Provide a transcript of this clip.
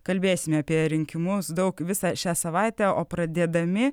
kalbėsime apie rinkimus daug visą šią savaitę o pradėdami